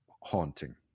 haunting